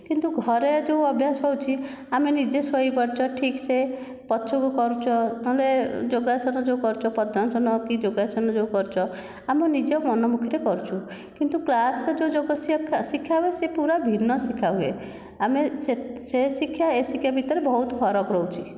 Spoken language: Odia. କିନ୍ତୁ ଘରେ ଯେଉଁ ଅଭ୍ୟାସ ହେଉଛି ଆମେ ନିଜେ ଶୋଇପାରୁଛ ଠିକ୍ସେ ପଛକୁ କରୁଛ ମାନେ ଯୋଗାସନ ଯେଉଁ କରୁଛ ପଦ୍ମାସନ କି ଯୋଗାସନ ଯେଉଁ କରୁଛ ଆମ ନିଜ ମନମୁଖିରେ କରୁଛୁ କିନ୍ତୁ କ୍ଲାସ୍ରେ ଯେଉଁ ଯୋଗ ଶିଖାହୁଏ ସେ ପୂରା ଭିନ୍ନ ଶିଖାହୁଏ ଆମେ ସେ ସେ ଶିକ୍ଷା ଏ ଶିକ୍ଷା ଭିତରେ ବହୁତ ଫରକ ରହୁଛି